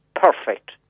Perfect